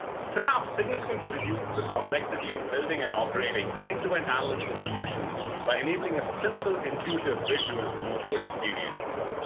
synapse significantly reduces the complexity of building and operating end-to-end analytical solutions by enabling a simple, intuitive, visual, no code experience.